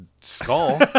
skull